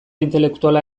intelektuala